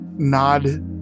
Nod